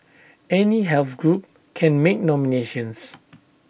any health group can make nominations